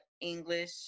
English